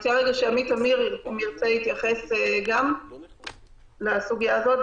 אני מתארת לי שעמית עמיר ירצה להתייחס גם לסוגיה הזאת,